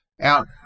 out